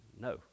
No